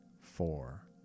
four